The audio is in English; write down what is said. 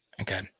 Okay